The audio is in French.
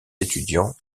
étudiants